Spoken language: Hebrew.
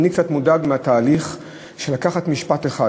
אני קצת מודאג מהתהליך של לקיחת משפט אחד